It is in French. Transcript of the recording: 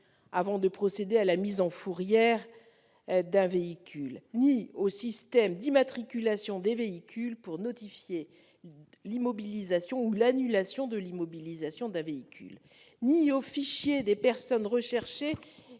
-avant de procéder à la mise en fourrière d'un véhicule, ni au système d'immatriculation des véhicules- le SIV -pour notifier l'immobilisation ou l'annulation de l'immobilisation d'un véhicule, ni au fichier des personnes recherchées-